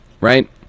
right